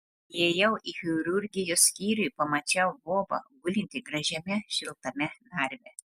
įėjau į chirurgijos skyrių ir pamačiau bobą gulintį gražiame šiltame narve